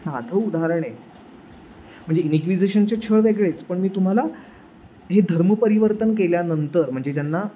साधं उदाहरण आहे म्हणजे इनइक्विजिशनचे छळ वेगळेच पण मी तुम्हाला हे धर्म परिवर्तन केल्यानंतर म्हणजे ज्यांना